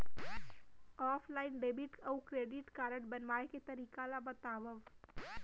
Offline debit अऊ credit card बनवाए के तरीका ल बतावव?